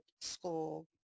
school